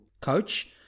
coach